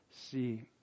See